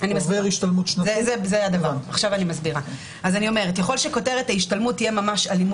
והימנעות משליחת ילדים למשל להורה אלים